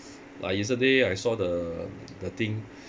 like yesterday I saw the the thing